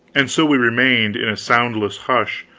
and so we remained, in a soundless hush,